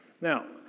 Now